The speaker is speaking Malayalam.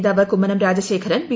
നേതാവ് കുമ്മനം രാജശേഖരൻ ബി